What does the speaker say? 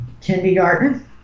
kindergarten